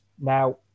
Now